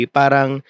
parang